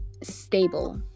Stable